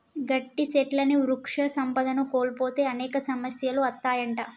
గట్టి సెట్లుని వృక్ష సంపదను కోల్పోతే అనేక సమస్యలు అత్తాయంట